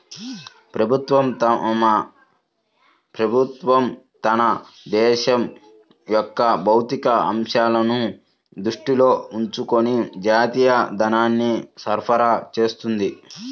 ప్రభుత్వం తన దేశం యొక్క భౌతిక అంశాలను దృష్టిలో ఉంచుకొని జాతీయ ధనాన్ని సరఫరా చేస్తుంది